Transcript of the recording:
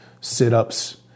sit-ups